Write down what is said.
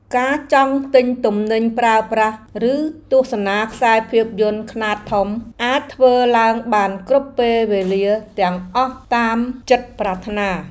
ការចង់ទិញទំនិញប្រើប្រាស់ឬទស្សនាខ្សែភាពយន្តខ្នាតធំអាចធ្វើឡើងបានគ្រប់ពេលវេលាទាំងអស់តាមចិត្តប្រាថ្នា។